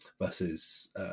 versus